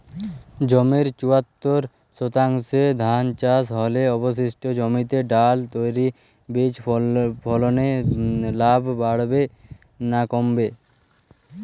জমির চুয়াত্তর শতাংশে ধান চাষ হলে অবশিষ্ট জমিতে ডাল তৈল বীজ ফলনে লাভ বাড়বে না কমবে?